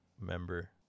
member